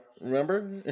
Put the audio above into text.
remember